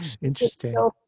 interesting